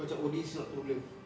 kau macam oh this is not true love